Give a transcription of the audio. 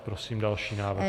Prosím další návrh.